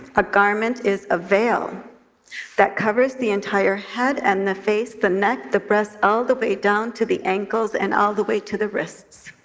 a garment is a veil that covers the entire head and the face, the neck and the breast all the way down to the ankles and all the way to the wrists.